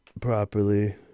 properly